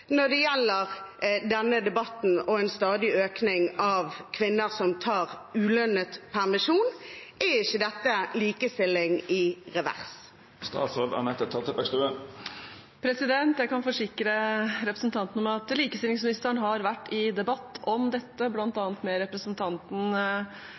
når det gjelder denne debatten og en stadig økning i antall kvinner som tar ulønnet permisjon? Er ikke dette likestilling i revers? Jeg kan forsikre representanten om at likestillingsministeren har vært i debatt om dette,